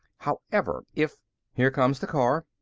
however, if here comes the car,